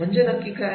म्हणजे नक्की काय